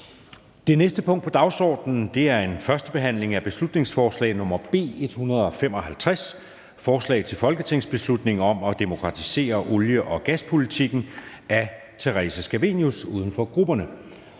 Det næste punkt på dagsordenen er: 13) 1. behandling af beslutningsforslag nr. B 155: Forslag til folketingsbeslutning om at demokratisere olie- og gaspolitikken. Af Theresa Scavenius (UFG). (Fremsættelse